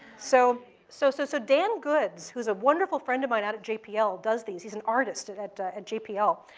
so so so so dan goods, who's a wonderful friend of mine out at jpl, does these. he's an artist at at jpl.